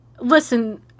listen